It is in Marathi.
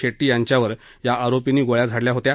शेट्टी यांच्यावर या आरोपींनी गोळ्या झाडल्या होत्या